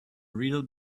real